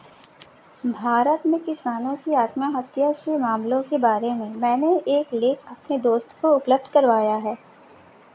भारत में किसानों की आत्महत्या के मामलों के बारे में मैंने एक लेख अपने दोस्त को उपलब्ध करवाया